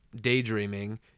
daydreaming